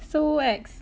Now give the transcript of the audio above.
so ex